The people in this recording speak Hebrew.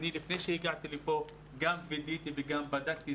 לפני שהגעתי לכאן וידאתי ובדקתי.